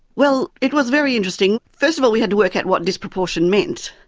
well, it was very interesting. first of all we had to work out what disproportion meant,